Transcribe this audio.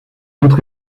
autre